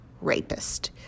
rapist